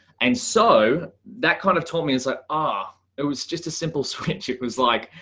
and so that kind of taught me is that ah, it was just a simple switch. it was like,